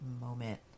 moment